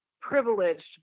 privileged